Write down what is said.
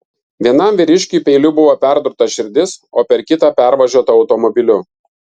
vienam vyriškiui peiliu buvo perdurta širdis o per kitą pervažiuota automobiliu